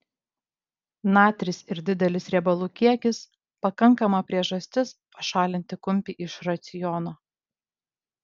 natris ir didelis riebalų kiekis pakankama priežastis pašalinti kumpį iš raciono